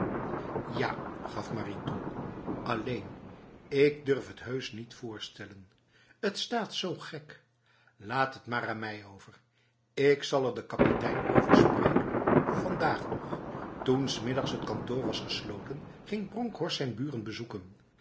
ja gaf marie toe alleen ik durf het heus niet voorstellen t staat zo gek laat het maar aan mij over ik zal er de kapitein over spreken vandaag nogf toen s middags t kantoor was gesloten ging bronkhorst zijn buren bezoeken